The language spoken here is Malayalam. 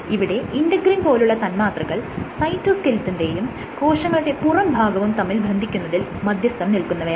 ഇവിടെ ഇന്റെഗ്രിൻ പോലുള്ള തന്മാത്രകൾ സൈറ്റോസ്കെലിറ്റനെയും കോശങ്ങളുടെ പുറംഭാഗവും തമ്മിൽ ബന്ധിക്കുന്നതിൽ മധ്യസ്ഥം നിൽക്കുന്നവയാണ്